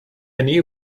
new